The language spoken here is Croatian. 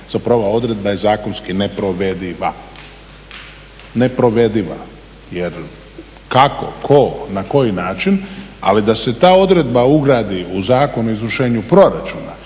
Ova odredba je zakonski neprovediva jer kako, tko i na koji način ali da se ta odredba ugradi u Zakon o izvršenju proračuna